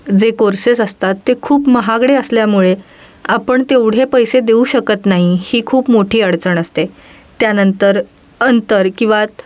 जे कोर्सेस असतात ते खूप महागडे असल्यामुळे आपण तेवढे पैसे देऊ शकत नाही ही खूप मोठी अडचण असते त्यानंतर अंतर किंवा